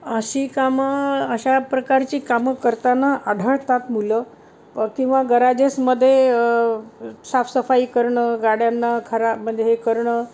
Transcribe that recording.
अशी कामं अशा प्रकारची कामं करताना आढळतात मुलं किंवा गराजेसमध्ये साफसफाई करणं गाड्यांना खराब म्हणजे हे करणं